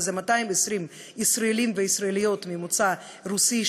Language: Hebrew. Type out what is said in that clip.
וזה 220 ישראלים וישראליות ממוצא רוסי,